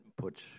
puts